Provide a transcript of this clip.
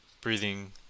breathing